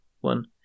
One